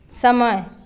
समय